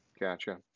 gotcha